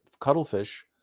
cuttlefish